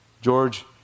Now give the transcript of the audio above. George